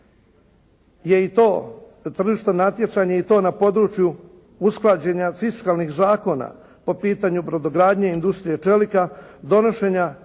je i to, tržišno natjecanje i to u području usklađenja fiskalnih zakona po pitanju brodogradnje, industrije čelika, donošenja